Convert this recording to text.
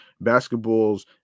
basketball's